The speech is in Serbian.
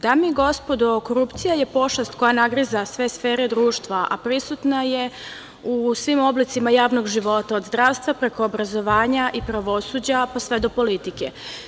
Dame i gospodo, korupcija je pošast koja nagriza sve sfere društva, a prisutna je u svim oblicima javnog života, od zdravstva, preko obrazovanja i pravosuđa, pa sve do politike.